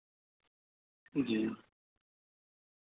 جی